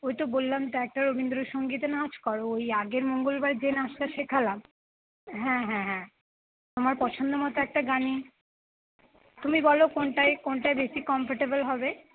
ওই তো বললাম তা একটা রবীন্দ্রসংগীতে নাচ কর ওই আগের মঙ্গলবার যে নাচটা শেখালাম হ্যাঁ হ্যাঁ হ্যাঁ তোমার পছন্দ মতো একটা গানে তুমি বলো কোনটায় কোনটায় বেশী কমফর্টেবল হবে